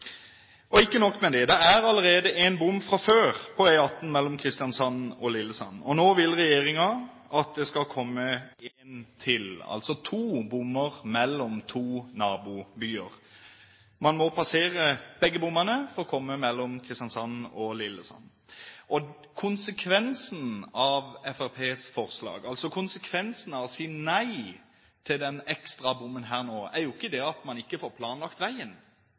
Ikke nok med det: Det er allerede en bom fra før på E18 mellom Kristiansand og Lillesand. Nå vil regjeringen at det skal komme én til – altså to bommer mellom to nabobyer. Man må passere begge bommene for å komme seg mellom Kristiansand og Lillesand. Konsekvensen av Fremskrittspartiets forslag, konsekvensen av å si nei til denne ekstra bommen, er jo ikke at man ikke får planlagt veien.